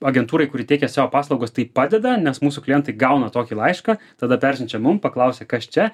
agentūrai kuri teikia savo paslaugas tai padeda nes mūsų klientai gauna tokį laišką tada persiunčia mum paklausia kas čia